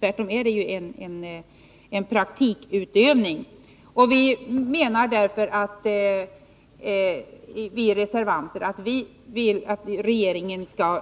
Vi reservanter menar därför att regeringen skall